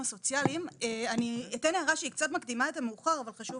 אני אתן הערה שקצת מקדימה את המאוחר, אבל חשוב